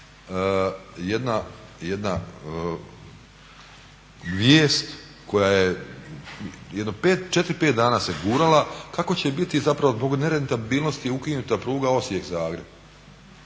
jedna vijest koja je, jedno 4, 5 dana se gurala kako će biti zapravo zbog nerentabilnosti ukinuta pruga Osijek-Zagreb?